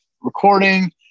recording